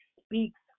speaks